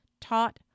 taught